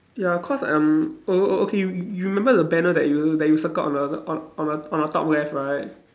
ya cause um o~ okay you you you remember the banner that you that you circled on the on on the on the top left right